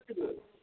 की भेल